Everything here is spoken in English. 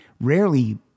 rarely